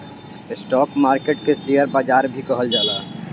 stock market के share बाजार भी कहल जाला